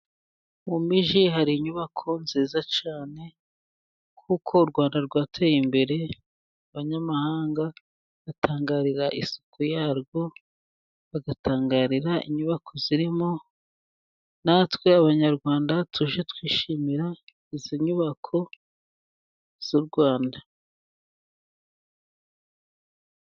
Mu mijyi hari inyubako nziza cyane , kuko u Rwanda rwateye imbere, abanyamahanga batangarira isuku yarwo, bagatangarira inyubako zirimo . Natwe abanyarwanda tujye twishimira izo nyubako z' u Rwanda.